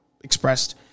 expressed